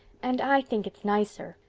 and i think it's nicer.